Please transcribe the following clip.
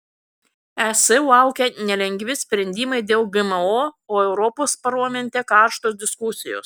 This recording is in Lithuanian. es laukia nelengvi sprendimai dėl gmo o europos parlamente karštos diskusijos